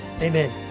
amen